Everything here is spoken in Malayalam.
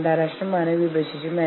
പക്ഷേ അത് വെറുതെ അങ്ങനെ പറയാനാവില്ല